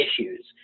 issues